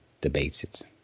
debated